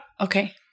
Okay